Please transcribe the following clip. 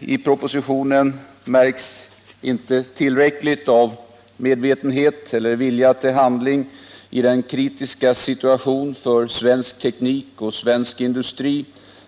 I propositionen märks inte tillräckligt av medvetenhet eller vilja till handling i den kritiska situation för svensk teknik och svensk industri